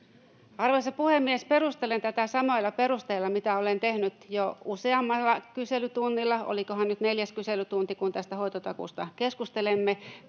Arvoisa puhemies! Perustelen tätä samoilla perusteilla kuin millä olen tehnyt jo useammalla kyselytunnilla. Olikohan nyt neljäs kyselytunti, kun tästä hoitotakuusta keskustelemme.